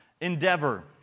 endeavor